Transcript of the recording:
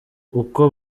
uko